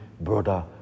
brother